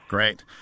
Great